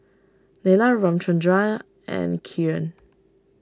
Neila Ramchundra and Kiran